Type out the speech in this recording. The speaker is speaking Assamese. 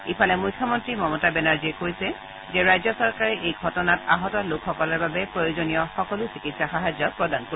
ইফালে মুখ্যমন্ত্ৰী মমতা বেনাৰ্জীয়ে কৈছে যে ৰাজ্য চৰকাৰে এই ঘটনাত আহত লোকসকলৰ বাবে প্ৰয়োজনীয় সকলো চিকিৎসা সাহায্য প্ৰদান কৰিব